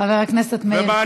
חבר הכנסת מאיר כהן.